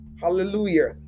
Hallelujah